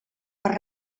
per